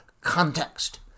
context